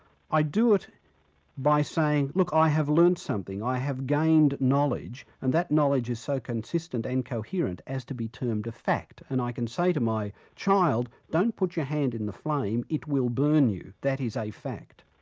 i do it by saying, look, i have learnt something i have gained knowledge, and that knowledge is so consistent and so coherent as to be termed a fact, and i can say to my child, don't put your hand in the flame, it will burn you. that is a fact.